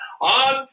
On